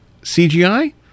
CGI